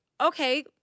okay